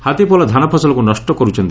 ହାତୀପଲ ଧାନ ଫସଲକୁ ନଷ କରୁଛନ୍ତି